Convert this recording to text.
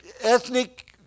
ethnic